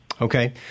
Okay